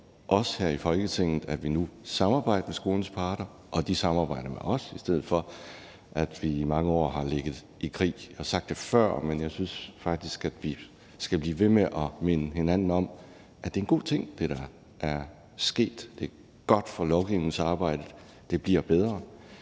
os her i Folketinget, at vi nu samarbejder med skolens parter, og at de samarbejder med os, i stedet for at vi i mange år har ligget i krig. Jeg har sagt det før, men jeg synes faktisk, at vi skal blive ved med at minde hinanden om, at det, der er sket, er en god ting. Det er godt for lovgivningsarbejdet. Det bliver bedre.